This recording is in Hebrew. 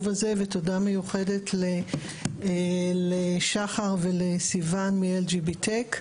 הזה ותודה מיוחדת לשחר ולסיון מ-LGBTECH,